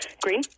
Green